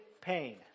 pain